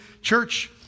church